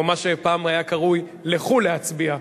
מה שפעם היה קרוי "לכו להצביע",